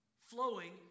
flowing